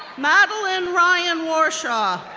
madeline ryan warshaw,